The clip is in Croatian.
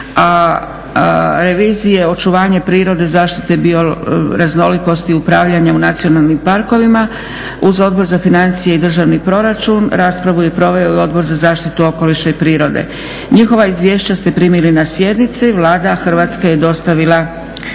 a revizije očuvanje prirode, zaštite bioraznolikosti, upravljanje u nacionalnim parkovima uz Odbor za financije i državni proračun raspravu je proveo i Odbor za zaštitu okoliša i prirode. Njihova izvješća ste primili na sjednici. Vlada Hrvatske je dostavila